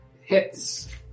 hits